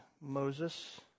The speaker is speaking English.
Moses